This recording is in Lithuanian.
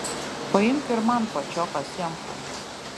paimk ir man pačioką sėmkų